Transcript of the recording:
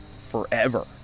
forever